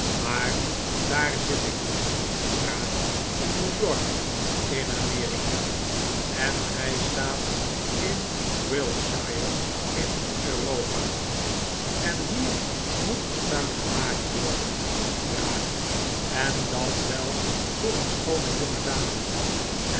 maar daar zit ik nu draak in new-york in amerika en gij staat in wiltshire in europa en hier moet fortuin gemaakt worden draak en dat wel voor een schoone